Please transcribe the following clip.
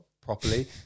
properly